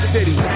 City